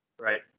Right